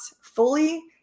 fully